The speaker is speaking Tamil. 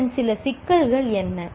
இதன் சில சிக்கல்கள் என்ன